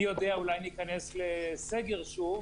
מי יודע אולי ניכנס לסגר שוב.